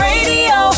Radio